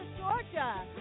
Georgia